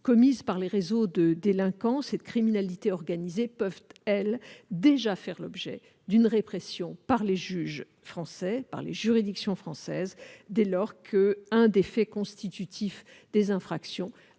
commises par les réseaux de délinquance et de criminalité organisée peuvent déjà faire l'objet d'une répression par les juridictions françaises, dès lors que l'un des faits constitutifs des infractions